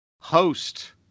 Host